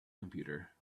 computer